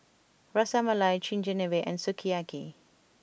Ras Malai Chigenabe and Sukiyaki